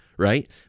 Right